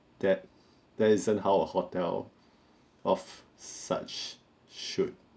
that that isn't how a hotel of such should